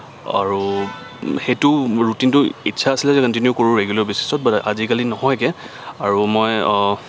আৰু সেইটো ৰুটিনটো ইচ্ছা আছিলে যে কন্টিনিউ কৰোঁ ৰেগুলাৰ বেচিছত বাট আজিকালি নহয়গৈ আৰু মই